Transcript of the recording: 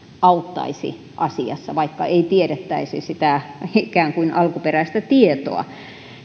auttaisi asiassa vaikka ei tiedettäisi sitä alkuperäistä tietoa